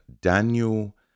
Daniel